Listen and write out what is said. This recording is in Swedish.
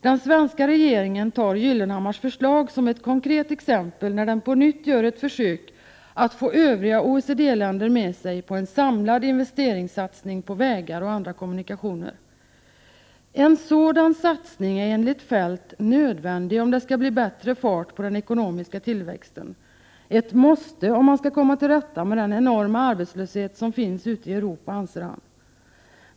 Den svenska regeringen tar Gyllenhammars förslag som ett konkret exempel när den på nytt gör ett försök att få övriga OECD-länder med sig på en samlad investeringssatsning på vägar och andra kommunikationer. En sådan sats ning är enligt Feldt nödvändig om det skall bli en bättre fart på den ekonomiska tillväxten. Ett måste om man skall komma till rätta med den enorma arbetslöshet som finns ute i Europa, anser han.